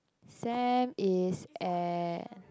Sam is at